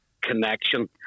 connection